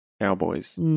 cowboys